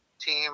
team